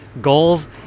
goals